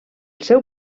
seu